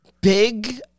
big